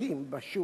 חזקים בשוק,